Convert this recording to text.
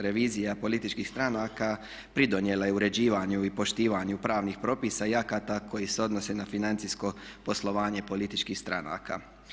Revizija političkih stranaka pridonijela je uređivanju i poštivanju pravnih propisa i akata koji se odnose na financijsko poslovanje političkih stranaka.